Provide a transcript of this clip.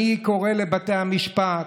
אני קורא לבתי המשפט: